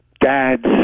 dads